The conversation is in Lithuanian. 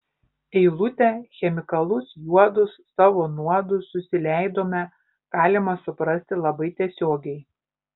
eilutę chemikalus juodus savo nuodus susileidome galima suprasti labai tiesiogiai